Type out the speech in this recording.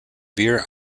severe